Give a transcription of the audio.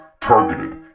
Targeted